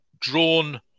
drawn